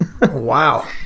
Wow